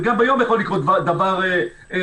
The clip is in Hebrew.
גם ביום יכול לקרות דבר הרסני,